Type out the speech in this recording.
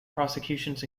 prosecutions